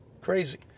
crazy